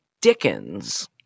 Dickens